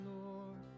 Lord